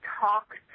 talked